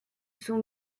sont